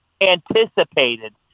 anticipated